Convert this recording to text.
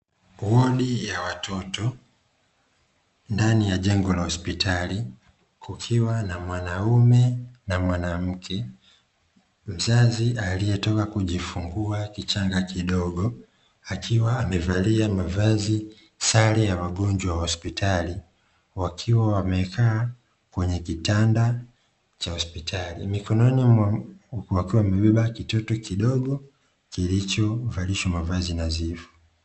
Wodi ya watoto, ndani ya jengo la hospitali kukiwa na mwanaume na mwanamke, mzazi aliyetoka kujifungua kichanga kidogo akiwa amevalia mavazi sare ya magonjwa ya hospitali, wakiwa wamekaa kwenye kitanda cha hospitali, mikononi mwao wakiwa wamebeba kitoto kidogo kilichovalishwa mavazi nadhifu.